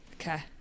okay